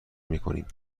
میکنیم